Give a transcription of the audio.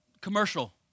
commercial